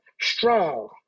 strong